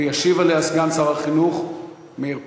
וישיב עליה סגן שר החינוך מאיר פרוש,